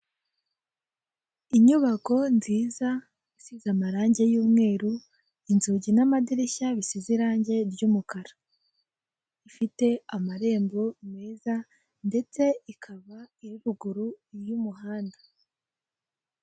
Agasorori gakozwe muri purastike, amagi atatu hateretsemo akandi kantu byose biri ku meza, intebe, akabati.